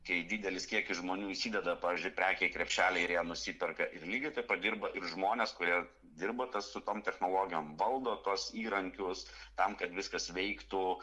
kai didelis kiekis žmonių įsideda pavyzdžiui prekę krepšelį ir ją nusiperka ir lygiai taip pat dirba ir žmonės kurie dirba su tom technologijom valdo tuos įrankius tam kad viskas veiktų